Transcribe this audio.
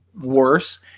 worse